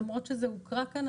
למרות שזה הוקרא כאן,